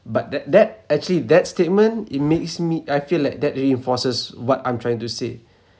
but that that actually that statement it makes me I feel like that reinforces what I'm trying to say